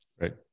Right